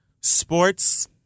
sports